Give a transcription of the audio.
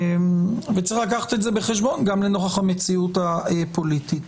יש לקחת זאת בחשבון נוכח המציאות הפוליטית.